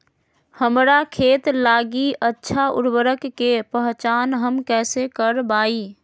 हमार खेत लागी अच्छा उर्वरक के पहचान हम कैसे करवाई?